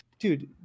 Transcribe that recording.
Dude